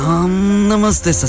Namaste